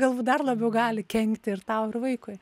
galbūt dar labiau gali kenkti ir tau ir vaikui